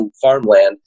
farmland